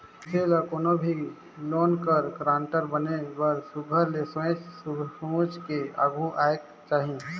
मइनसे ल कोनो भी लोन कर गारंटर बने बर सुग्घर ले सोंएच समुझ के आघु आएक चाही